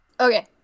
Okay